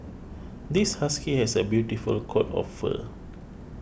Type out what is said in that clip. this husky has a beautiful coat of fur